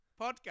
podcast